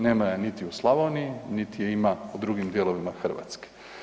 Nema je niti u Slavoniji, niti je ima u drugim dijelovima Hrvatske.